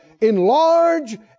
enlarge